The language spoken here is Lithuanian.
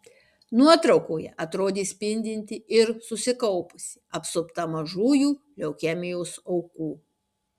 nuotraukoje atrodė spindinti ir susikaupusi apsupta mažųjų leukemijos aukų